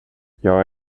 jag